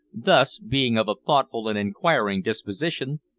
thus, being of a thoughtful and inquiring disposition,